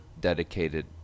dedicated